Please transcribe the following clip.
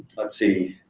let's see,